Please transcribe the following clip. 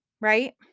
right